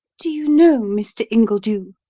do you know, mr. ingledew,